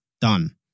Done